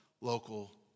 local